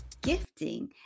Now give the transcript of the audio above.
gifting